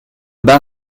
bas